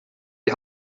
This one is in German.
die